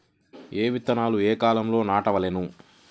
ఏ విత్తనాలు ఏ కాలాలలో నాటవలెను?